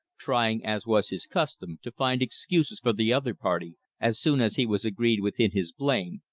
trying, as was his custom, to find excuses for the other party as soon as he was agreed with in his blame,